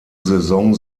saison